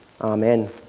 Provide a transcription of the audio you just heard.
amen